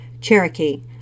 Cherokee